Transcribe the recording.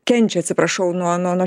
kenčia atsiprašau nuo nuo